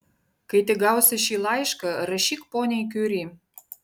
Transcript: kai tik gausi šį laišką rašyk poniai kiuri